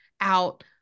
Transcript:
out